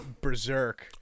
berserk